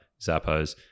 Zappos